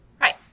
Right